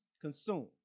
consume